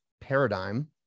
paradigm